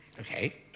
Okay